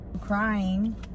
Crying